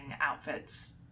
outfits